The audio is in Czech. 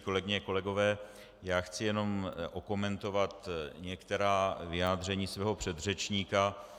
Kolegyně a kolegové, chci jen okomentovat některá vyjádření svého předřečníka.